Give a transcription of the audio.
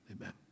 amen